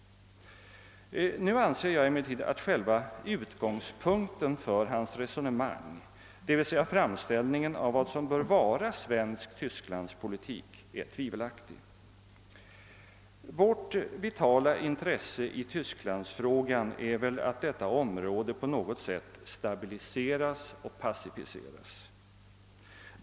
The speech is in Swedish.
Nu anser jag emellertid att själva utgångspunkten för hans resonemang, d. v. s. framställningen av vad som bör vara svensk tysklandspolitik, är tvivelaktig. Vårt vitala intresse i tysklandsfrågan är väl att detta område på något sätt stabiliseras och pacificeras.